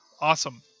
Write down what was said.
Awesome